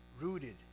rooted